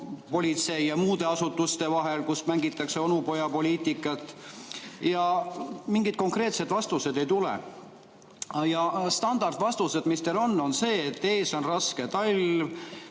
politsei ja muude asutuste vahel, kus mängitakse onupojapoliitikat. Mingeid konkreetseid vastuseid ei tule. Standardvastus, mis teil on, on see, et ees on raske talv,